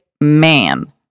man